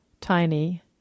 tiny